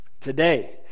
Today